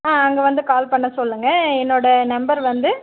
அங்கே வந்து கால் பண்ண சொல்லுங்க என்னோடய நம்பர் வந்து